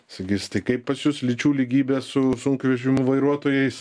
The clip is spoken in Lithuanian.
sakys tai kaip pas jus lyčių lygybė su sunkvežimių vairuotojais